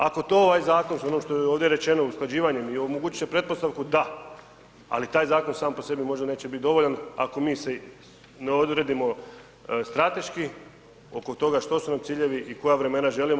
Ako to ovaj zakon, za ono što je ovdje rečeno, usklađivanje i omogućiti će pretpostavku, da, ali taj zakon, sam po sebi možda neće biti dovoljan, ako mi se ne odredimo strateški oko toga što su nam ciljevi i koja vremena želimo.